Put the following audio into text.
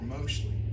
mostly